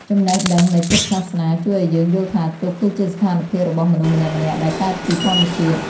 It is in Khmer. ចំណេះដឹងនៃពុទ្ធសាសនាជួយឲ្យយើងយល់ថាទុក្ខគឺជាស្ថានភាពរបស់មនុស្សម្នាក់ៗដែរកើតពីធម្មជាតិ។